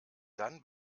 dann